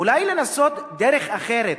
אולי לנסות דרך אחרת,